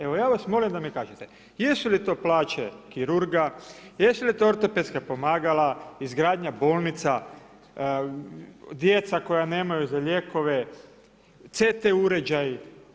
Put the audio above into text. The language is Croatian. Evo ja vas molim da mi kažete jesu li to plaće kirurga, jesu li to ortopedska pomagala, izgradnja bolnica, djeca koja nemaju za lijekove, CT uređaji.